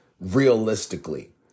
realistically